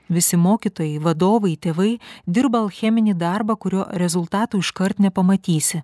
visi mokytojai vadovai tėvai dirba alcheminį darbą kurio rezultatų iškart nepamatysi